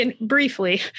Briefly